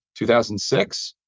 2006